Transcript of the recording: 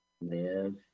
live